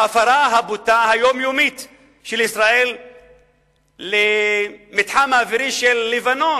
ההפרה הבוטה היומיומית של ישראל במתחם האווירי של לבנון,